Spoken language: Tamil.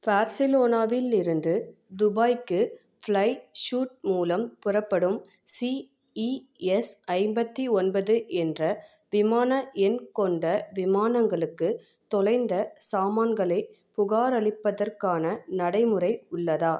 பார்சிலோனாவில் இருந்து துபாய்க்கு ஃப்ளைஷூட் மூலம் புறப்படும் சிஇஎஸ் ஐம்பத்தி ஒன்பது என்ற விமான எண் கொண்ட விமானங்களுக்கு தொலைந்த சாமான்களைப் புகாரளிப்பதற்கான நடைமுறை உள்ளதா